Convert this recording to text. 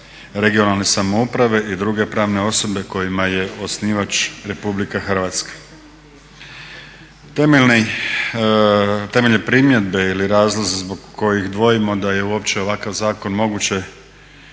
(regionalne) samouprave i druge pravne osobe kojima je osnivač Republika Hrvatska. Temeljne primjedbe ili razlozi zbog kojih dvojimo a je uopće ovakav zakon moguće